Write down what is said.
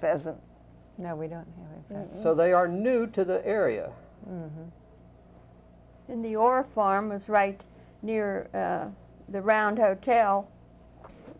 pheasant now we don't so they are new to the area in the your farm is right near the round hotel